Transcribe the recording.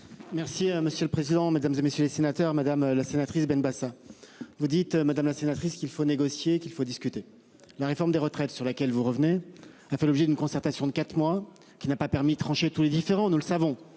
Merci monsieur le président, Mesdames, et messieurs les sénateurs, madame la sénatrice Benbassa. Vous dites madame la sénatrice qu'il faut négocier, qu'il faut discuter. La réforme des retraites sur laquelle vous revenez a fait l'objet d'une concertation de quatre mois, qui n'a pas permis trancher tous les différents, nous le savons